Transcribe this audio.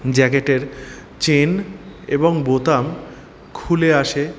জ্যাকেটের চেন এবং বোতাম খুলে আসে